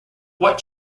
what